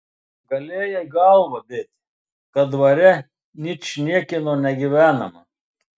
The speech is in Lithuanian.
galėjai galvą dėti kad dvare ničniekieno negyvenama